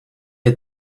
het